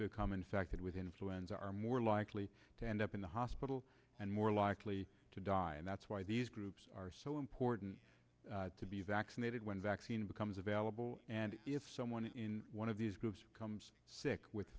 become infected with influenza are more likely to end up in the hospital and more likely to die and that's why these groups are so important to be vaccinated when vaccine becomes available and if someone in one of these groups becomes sick with